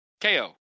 KO